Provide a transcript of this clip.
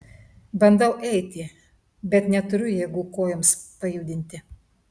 bandau eiti bet neturiu jėgų kojoms pajudinti